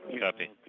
copy.